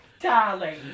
darling